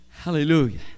hallelujah